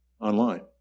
online